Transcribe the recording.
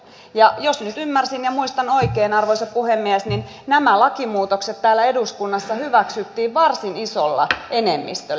ja jos nyt ymmärsin ja muistan oikein arvoisa puhemies niin nämä lakimuutokset täällä eduskunnassa hyväksyttiin varsin isolla enemmistöllä